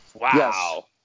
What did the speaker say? Wow